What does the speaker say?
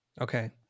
Okay